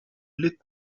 lit